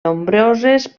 nombroses